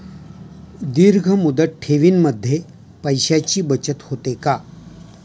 दीर्घ मुदत ठेवीमध्ये पैशांची बचत होते का?